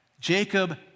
Jacob